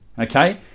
okay